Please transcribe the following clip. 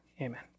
Amen